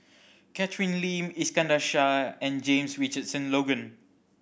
Catherine Lim Iskandar Shah and James Richardson Logan